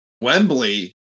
Wembley